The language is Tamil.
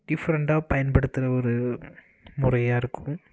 டிஃப்ரண்டாக பயன்படுத்துகிற ஒரு முறையாக இருக்கும்